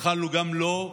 יכולנו גם לא,